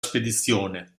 spedizione